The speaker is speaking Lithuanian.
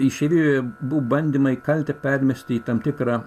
išeivijoje buvo bandymai kaltę permesti į tam tikrą